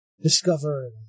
discover